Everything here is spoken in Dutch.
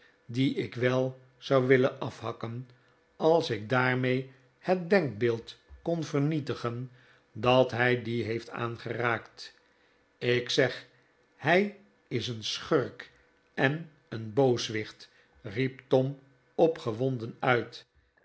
die ik wel zou willen afhakken als ik daarmee het denkbeeld kon vernietigen dat hij die heeft aangeraakt ik zeg hij is een schurk en een booswicht riep tom opgewonden uit